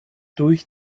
durch